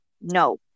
No